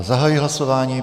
Zahajuji hlasování.